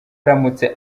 aramutse